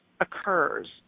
occurs